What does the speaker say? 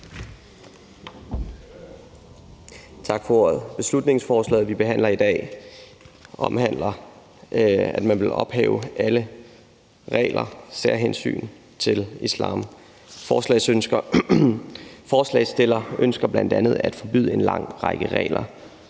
Tak for ordet. Beslutningsforslaget, vi behandler i dag, omhandler, at man vil ophæve alle regler og særhensyn til islam. Forslagsstilleren ønsker bl.a. at forbyde en lang række regler